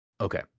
Okay